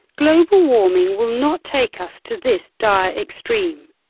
global warming will not take us to this dire extreme.